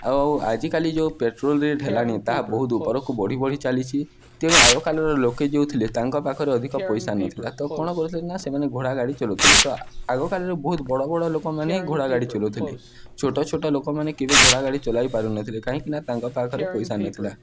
ଆଉ ଆଜିକାଲି ଯେଉଁ ପେଟ୍ରୋଲ ରେଟ୍ ହେଲଣି ତାହା ବହୁତ ଉପରକୁ ବଢ଼ି ବଢ଼ି ଚାଲିଛି ତେଣୁ ଆଗକାଳର ଲୋକେ ଯେଉଁ ଥିଲେ ତାଙ୍କ ପାଖରେ ଅଧିକ ପଇସା ନଥିଲା ତ କ'ଣ କରୁଥିଲେ ନା ସେମାନେ ଘୋଡ଼ା ଗାଡ଼ି ଚଲାଉଥିଲେ ତ ଆଗକାଳରେ ବହୁତ ବଡ଼ ବଡ଼ ଲୋକମାନେ ହିଁ ଘୋଡ଼ା ଗାଡ଼ି ଚଲାଉଥିଲେ ଛୋଟ ଛୋଟ ଲୋକମାନେ କେବେ ଘୋଡ଼ା ଗାଡ଼ି ଚଲାଇ ପାରୁନଥିଲେ କାହିଁକିନା ତାଙ୍କ ପାଖରେ ପଇସା ନଥିଲା